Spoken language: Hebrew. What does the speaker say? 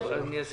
אני מבקש